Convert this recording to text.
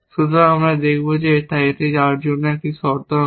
সুতরাং আমরা দেখব যে এটি তার জন্য একটি শর্ত নয়